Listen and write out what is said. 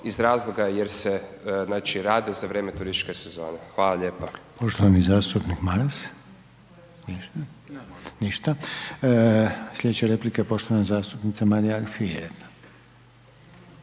iz razloga jer se, znači, radi za vrijeme turističke sezone. Hvala lijepa.